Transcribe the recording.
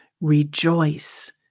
rejoice